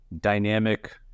dynamic